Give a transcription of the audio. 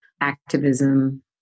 activism